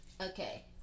Okay